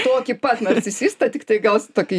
tokį pat narcisistą tiktai gal s tokį